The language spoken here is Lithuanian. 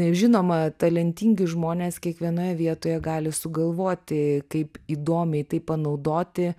žinoma talentingi žmonės kiekvienoje vietoje gali sugalvoti kaip įdomiai tai panaudoti